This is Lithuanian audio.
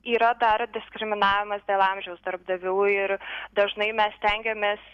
yra dar diskriminavimas dėl amžiaus darbdavių ir dažnai mes stengiamės